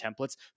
templates